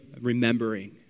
remembering